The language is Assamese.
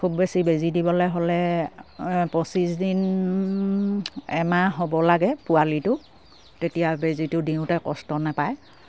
খুব বেছি বেজি দিবলে হ'লে পঁচিছ দিন এমাহ হ'ব লাগে পোৱালিটো তেতিয়া বেজিটো দিওঁতে কষ্ট নেপায়